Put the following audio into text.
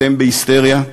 אתם בהיסטריה.